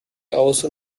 aus